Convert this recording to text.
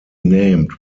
named